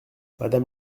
madame